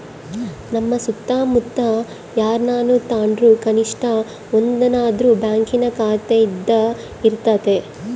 ನಮ್ಮ ಸುತ್ತಮುತ್ತ ಯಾರನನ ತಾಂಡ್ರು ಕನಿಷ್ಟ ಒಂದನಾದ್ರು ಬ್ಯಾಂಕಿನ ಖಾತೆಯಿದ್ದೇ ಇರರ್ತತೆ